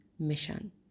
Mission